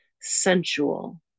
sensual